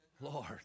Lord